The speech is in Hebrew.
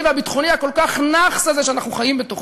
והביטחוני הכל-כך נאחס הזה שאנחנו חיים בתוכו.